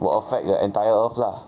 will affect the entire earth lah